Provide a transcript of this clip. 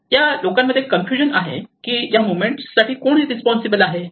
आता लोकांमध्ये कन्फ्युजन आहे की या मुव्हमेंट साठी कोण रेस्पोंसिबल आहे